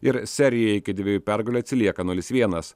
ir serijai iki dviejų pergalių atsilieka nulis vienas